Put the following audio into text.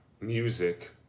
music